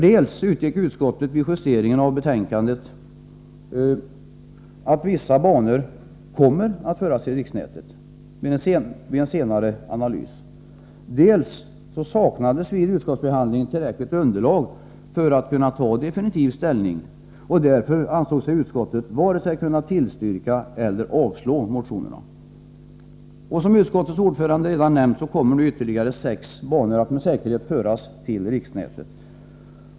Dels har utskottet vid justeringen av betänkandet utgått från att vissa banor kommer att föras till riksnätet vid en senare analys. Dels saknades vid utskottsbehandlingen tillräckligt underlag för ett definitivt ställningstagande. Därför ansåg sig utskottet kunna varken tillstyrka eller avstyrka motionerna. Såsom utskottets ordförande redan har nämnt kommer ytterligare sex banor att med säkerhet föras till riksnätet.